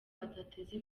adateze